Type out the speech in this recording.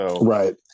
Right